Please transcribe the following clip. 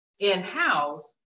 in-house